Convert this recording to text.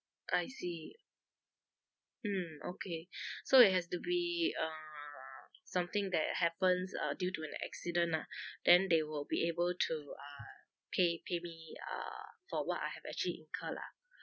I see mm okay so it has to be uh something that happens uh due to an accident lah then they will be able to uh pay pay me uh for what I have actually incurred lah